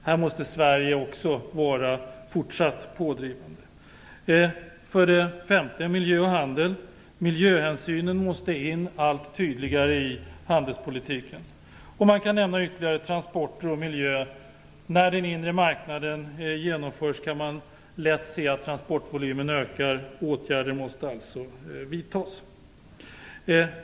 Här måste Sverige också vara fortsatt pådrivande. För det femte gäller det miljö och handel. Miljöhänsynen måste in allt tydligare i handelspolitiken. Man kan ytterligare nämna transporter och miljö. När den inre marknaden genomförs kan man lätt se att transportvolymen ökar. Åtgärder måste alltså vidtas.